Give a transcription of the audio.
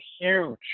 huge